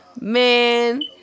Man